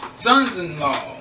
sons-in-law